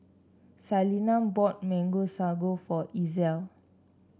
Salina bought Mango Sago for Ezell